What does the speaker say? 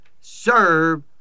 serve